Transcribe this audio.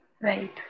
Right